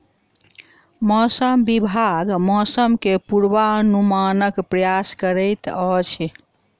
मौसम विभाग मौसम के पूर्वानुमानक प्रयास करैत अछि